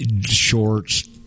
shorts